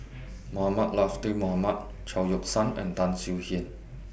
Mohamed Latiff Mohamed Chao Yoke San and Tan Swie Hian